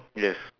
yes